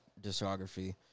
discography